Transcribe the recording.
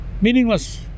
Meaningless